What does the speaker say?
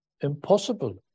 impossible